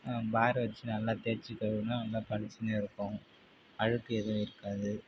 பாரை வச்சு நல்லா தேய்ச்சி கழுவினா நல்லா பளிச்சுன்னு இருக்கும் அழுக்கு எதுவும் இருக்காது